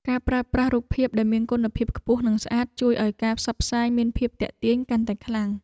ការប្រើប្រាស់រូបភាពដែលមានគុណភាពខ្ពស់និងស្អាត ជួយឱ្យការផ្សព្វផ្សាយមានភាពទាក់ទាញកាន់តែខ្លាំង។